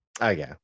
Okay